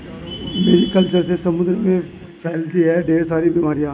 Mary culture से समुद्र में फैलती है ढेर सारी बीमारियां